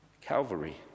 Calvary